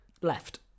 Left